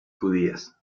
judías